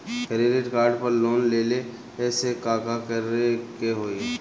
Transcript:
Credit card पर loan लेला से का का करे क होइ?